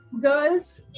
girls